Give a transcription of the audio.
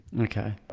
Okay